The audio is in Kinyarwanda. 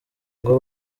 ngo